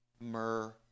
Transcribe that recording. myrrh